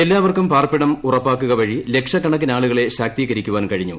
എല്ലാവർക്കും പാർപ്പിടം ഉറപ്പാക്കുകവഴി ലക്ഷക്കണക്കിനാളുകളെ ശാക്തീകരിക്കാൻ കഴിഞ്ഞു